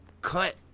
cut